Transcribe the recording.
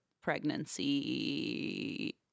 pregnancy